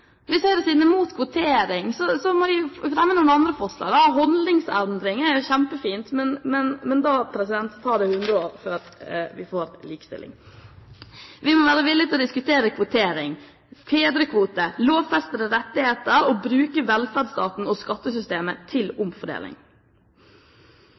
må de jo fremme noen andre forslag. Holdningsendring er jo kjempefint, men da tar det 100 år før vi får likestilling. Vi må være villige til å diskutere kvotering, fedrekvote og lovfestede rettigheter og å bruke velferdsstaten og skattesystemet til